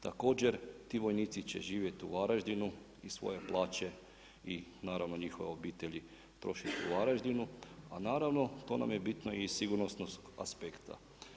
Također, ti vojnici će živjeti u Varaždinu i svoje plaće i naravno njihove obitelji trošiti u Varaždinu, a naravno to nam je bitno i iz sigurnosnog aspekta.